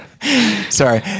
Sorry